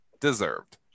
Deserved